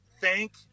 thank